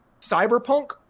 Cyberpunk